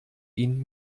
ihn